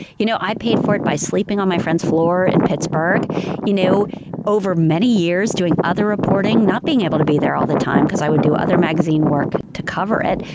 you know i paid for it by sleeping on my friend's floor in pittsburgh you know over many years doing other reporting, not being able to be there all the time cause i would do other magazine work to cover it.